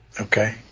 okay